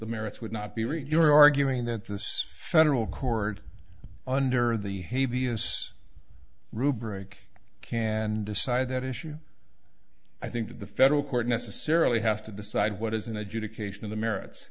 the merits would not be read you're arguing that this federal court under the rubric can decide that issue i think that the federal court necessarily has to decide what is an adjudication of the merits